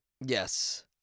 Yes